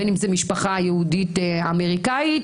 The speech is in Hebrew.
בין אם זה משפחה יהודית אמריקנית,